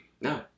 No